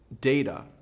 data